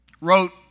wrote